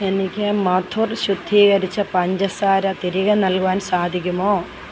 എനിക്ക് മധുർ ശുദ്ധീകരിച്ച പഞ്ചസാര തിരികെ നൽകുവാൻ സാധിക്കുമോ